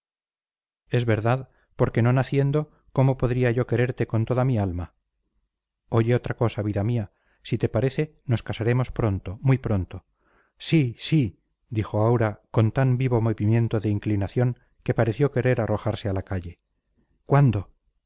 es verdad porque no naciendo cómo podría yo quererte con toda mi alma oye otra cosa vida mía si te parece nos casaremos pronto muy pronto sí sí dijo aura con tan vivo movimiento de inclinación que pareció querer arrojarse a la calle cuándo